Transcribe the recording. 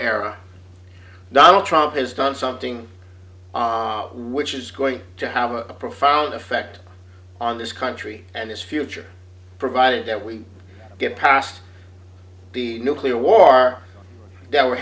era donald trump has done something which is going to have a profound effect on this country and its future provided that we get past the nuclear war are that we're